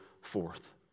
forth